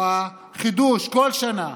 או החידוש כל שנה,